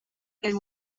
aquell